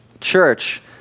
church